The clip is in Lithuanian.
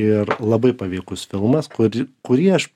ir labai paveikus filmas kur kurį aš